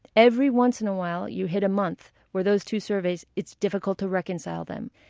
every once in a while you hit a month where those two surveys, it's difficult to reconcile them.